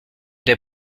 des